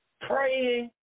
praying